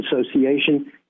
Association